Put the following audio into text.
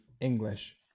English